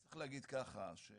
היא צריכה לדאוג לכך במכרז